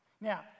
Now